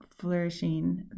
flourishing